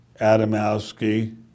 Adamowski